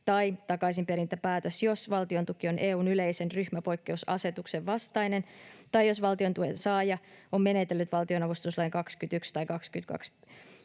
tai takaisinperintäpäätös, jos valtiontuki on EU:n yleisen ryhmäpoikkeusasetuksen vastainen tai jos valtiontuen saaja on menetellyt valtionavustuslain 21 tai 22